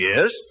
Yes